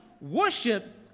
worship